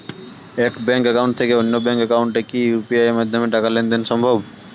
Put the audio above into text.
এক bank account থেকে অন্য ব্যাংক একাউন্টে কি ইউ.পি.আই মাধ্যমে টাকার লেনদেন দেন সম্ভব?